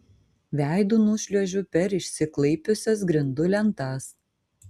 veidu nušliuožiu per išsiklaipiusias grindų lentas